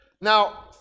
Now